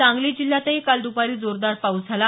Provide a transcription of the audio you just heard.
सांगली जिल्ह्यातही काल द्रपारी जोरदार पाऊस झाला